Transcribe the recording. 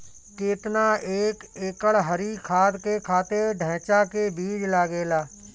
केतना एक एकड़ हरी खाद के खातिर ढैचा के बीज लागेला?